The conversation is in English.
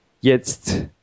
jetzt